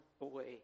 away